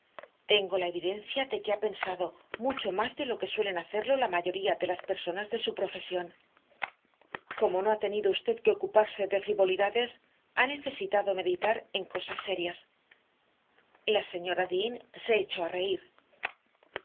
tengo la evidencia de que ha pensado mucho más de lo que suelen hacerlo la mayoría de las personas de su profesión como no ha tenido usted que ocuparse de frivolidades ha necesitado meditar en cosas serias la señora dean se echó a reír